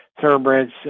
Thoroughbreds